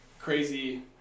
crazy